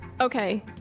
Okay